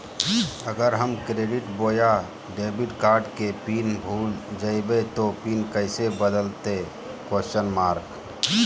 अगर हम क्रेडिट बोया डेबिट कॉर्ड के पिन भूल जइबे तो पिन कैसे बदलते?